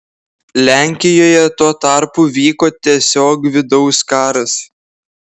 lenkijoje tuo tarpu vyko tiesiog vidaus karas